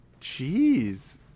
Jeez